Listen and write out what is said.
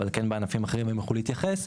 אבל כן בענפים אחרים הם יוכלו להתייחס.